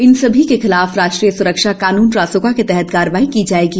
इन सभी के खिलाफ राष्ट्रीय सुरक्षा क़ानुन रासुका के तहत कार्रवाई की जाएगी